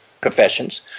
professions